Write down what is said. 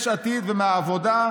יש עתיד והעבודה,